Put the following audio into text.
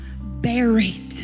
buried